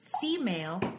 Female